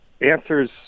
answers